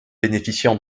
bénéficiant